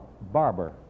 barber